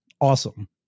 awesome